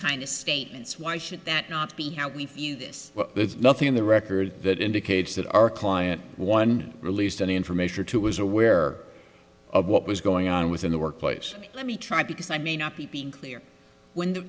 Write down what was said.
kind of statements why should that not be how we feel this nothing in the record that indicates that our client one released any information or two was aware of what was going on within the workplace let me try because i may not be being clear when the